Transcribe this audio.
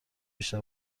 بیشتر